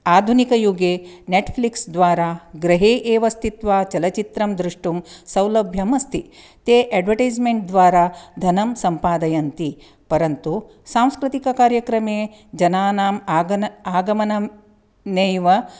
आधुनिकयुगे नेट्फ्लिक्स् द्वारा ग्रहे एव स्थित्वा च चलच्चित्रं द्रष्टुं सौलभ्यम् अस्ति ते एड्वटैस्मेण्ट् द्वारा धनं सम्पादयन्ति परन्तु सांस्कृतिककार्यक्रमे जनानाम् आगमन आगमनं नैव